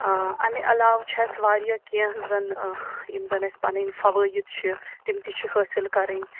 اَمہِ علاوٕ چھِ اَسہِ واریاہ کیٚنٛہہ زَن یِم زَن اَسہِ پَنٕنۍ فوٲیِد چھِ تِم تہِ چھِ حٲصِل کَرٕنۍ